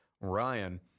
Ryan